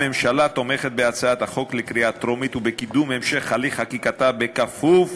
הממשלה תומכת בהצעת החוק בקריאה טרומית ובקידום המשך הליך חקיקתה כפוף